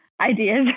ideas